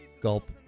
Gulp